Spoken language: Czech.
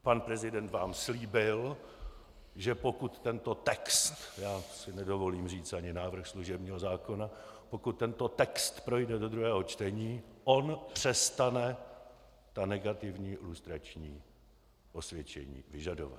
Pan prezident vám slíbil, že pokud tento text já si nedovolím říct ani návrh služebního zákona projde do druhého čtení, on přestane ta negativní lustrační osvědčení vyžadovat.